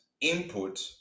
input